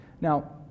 Now